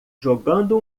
jogando